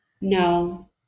No